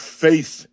faith